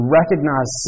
recognize